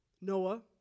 Noah